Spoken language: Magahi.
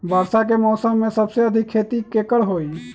वर्षा के मौसम में सबसे अधिक खेती केकर होई?